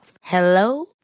Hello